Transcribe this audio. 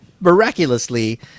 miraculously